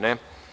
Ne.